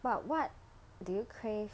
but what do you crave